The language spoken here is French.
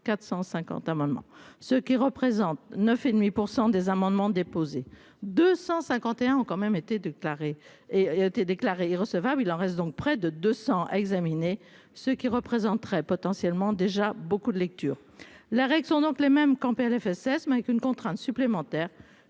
450 amendements, ce qui représente 9 et demi pour 100 des amendements déposés 251 ont quand même été déclarés et il a été déclarée recevable, il en reste donc près de 200 examiner ce qui représenterait potentiellement déjà beaucoup de lecture la règle son donc les mêmes quand PLFSS mais avec une contrainte supplémentaire